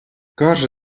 каже